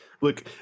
look